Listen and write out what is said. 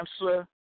answer